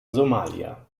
somalia